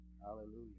Hallelujah